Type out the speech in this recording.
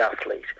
athlete